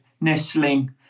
nestling